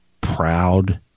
proud